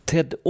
Ted